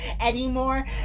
anymore